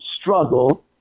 struggle